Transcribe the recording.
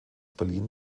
berlin